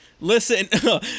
Listen